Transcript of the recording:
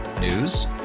News